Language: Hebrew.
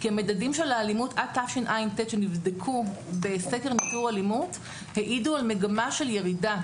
כי הממדים של האלימות עד תשע"ט שנבדקו העידו על מגמה של ירידה,